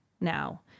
now